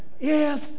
yes